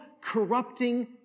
corrupting